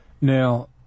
Now